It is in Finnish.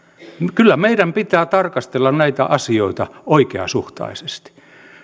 kyllä meidän pitää tarkastella näitä asioita oikeasuhtaisesti